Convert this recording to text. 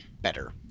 better